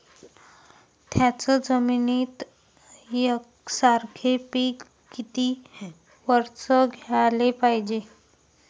थ्याच जमिनीत यकसारखे पिकं किती वरसं घ्याले पायजे?